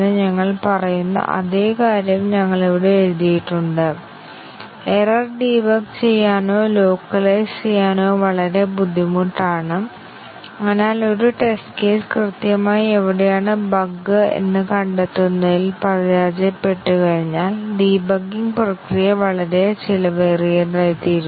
ഞങ്ങൾക്ക് ഒരു record play tool ഉണ്ടെങ്കിൽ ഞങ്ങൾ എല്ലാ ടെസ്റ്റ് കേസുകളും അനായാസമായി പ്രവർത്തിപ്പിക്കുകയും എല്ലാ ടെസ്റ്റ് കേസുകളും വിജയിക്കുമോ അല്ലെങ്കിൽ ചില ടെസ്റ്റ് കേസുകൾ പരാജയപ്പെട്ടോ എന്ന് പരിശോധിക്കുകയും ചെയ്യും